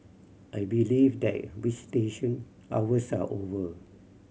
I believe that visitation hours are over